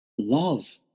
Love